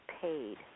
Paid